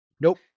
Nope